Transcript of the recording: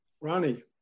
Ronnie